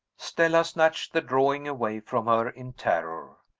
stella snatched the drawing away from her, in terror.